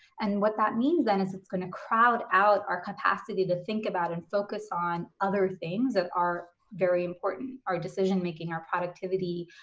and what that means then is it's gonna crowd out our capacity to think about and focus on other things that are very important. our decision making, our productivity,